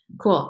cool